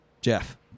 Jeff